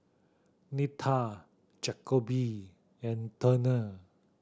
Nita Jacoby and Turner